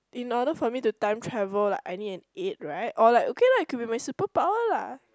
in order for me to time travel like I need an aid right or like okay lah it could be my super power lah